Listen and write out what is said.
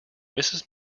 mrs